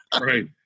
Right